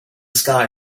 sky